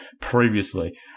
previously